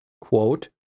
quote